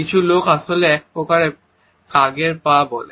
কিছু লোক আসলে এই কাকের পা বলে